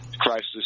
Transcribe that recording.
Crisis